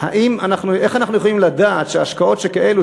איך אנחנו יכולים לדעת שהשקעות שכאלה,